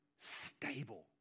stable